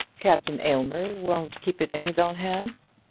captain aylmer won't keep it in his own hands?